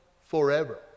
forever